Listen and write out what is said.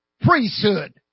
priesthood